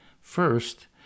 first